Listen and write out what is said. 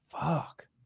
fuck